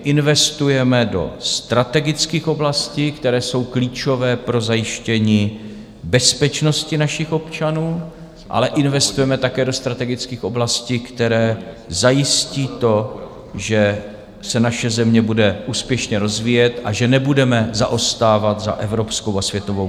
Investujeme do strategických oblastí, které jsou klíčové pro zajištění bezpečnosti našich občanů, ale investujeme také do strategických oblastí, které zajistí to, že se naše země bude úspěšně rozvíjet a že nebudeme zaostávat za evropskou a světovou konkurencí.